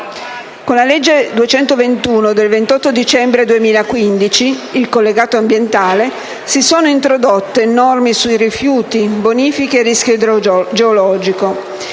Con la legge n. 221 del 28 dicembre 2015, il cosiddetto collegato ambientale, si sono introdotte norme sui rifiuti, bonifiche e rischio idrogeologico.